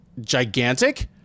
gigantic